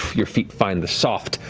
your feet find the soft,